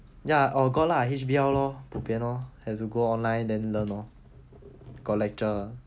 ya oh go lah H_B_L lor bo bian lor have to go online then learn lor got lecture